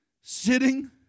Sitting